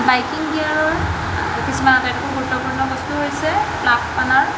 biking গিয়াৰৰ কিছুমান আটাইতকৈ গুৰুত্বপূৰ্ণ বস্তু হৈছে